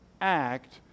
act